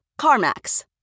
CarMax